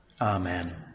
Amen